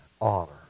honor